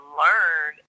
learn